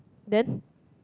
then